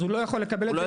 אז הוא לא יכול לקבל את זה.